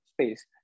space